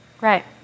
Right